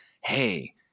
hey